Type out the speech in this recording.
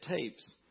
tapes